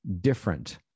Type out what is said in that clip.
different